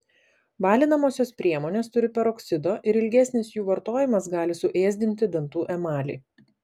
balinamosios priemonės turi peroksido ir ilgesnis jų vartojimas gali suėsdinti dantų emalį